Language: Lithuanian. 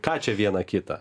ką čia vieną kitą